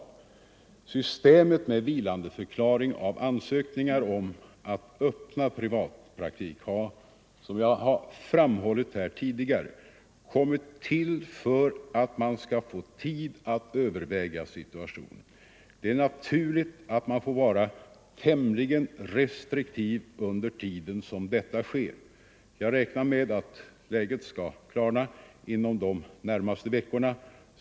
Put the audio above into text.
Systemet med vi 21 november 1974 landeförklaring av ansökningar om att öppna privatpraktik har, som jag = tidigare framhållit, kommit till för att man skall få tid att överväga si Om upphävande av tuationen. Det är naturligt att man får vara tämligen restriktiv medan = etableringsstoppet detta sker. Jag räknar med att läget skall klarna inom de närmaste veck = för tandläkare, orna.